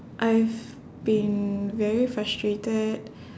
I've been very frustrated